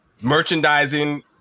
merchandising